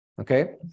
Okay